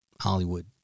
Hollywood